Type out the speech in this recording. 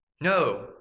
No